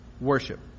worship